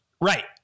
Right